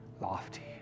lofty